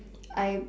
I